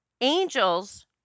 Angels